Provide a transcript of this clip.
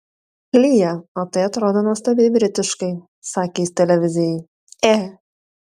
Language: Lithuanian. lyja o tai atrodo nuostabiai britiškai sakė jis televizijai e